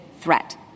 threat